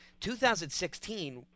2016 –